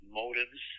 motives